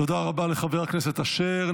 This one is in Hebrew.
תודה רבה לחבר הכנסת אשר.